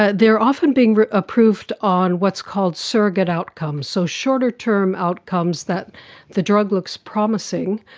ah they are often being approved on what's called surrogate outcomes, so shorter-term outcomes that the drug looks promising